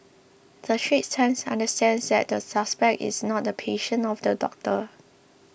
the Straits Times understands that the suspect is not a patient of the doctor